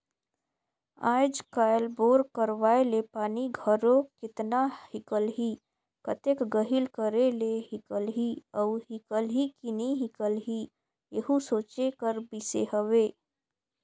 आएज काएल बोर करवाए ले पानी घलो केतना हिकलही, कतेक गहिल करे ले हिकलही अउ हिकलही कि नी हिकलही एहू सोचे कर बिसे हवे